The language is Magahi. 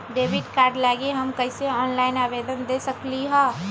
डेबिट कार्ड लागी हम कईसे ऑनलाइन आवेदन दे सकलि ह?